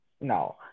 No